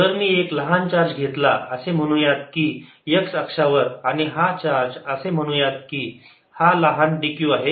जर मी एक लहान चार्ज घेतला असे म्हणू यात की x अक्षावर आणि हा चार्ज असे म्हणू यात की हा लहान dq आहे